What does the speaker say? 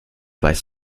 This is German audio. weiß